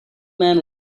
man